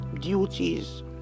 duties